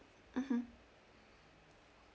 mmhmm